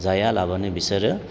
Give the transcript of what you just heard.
जाया लाबानो बिसोरो